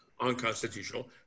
unconstitutional